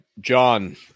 John